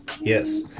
Yes